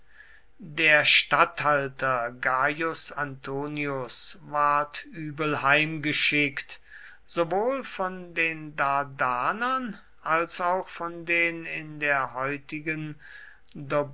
der statthalter gaius antonius ward übel heimgeschickt sowohl von den dardanern als auch von den in der heutigen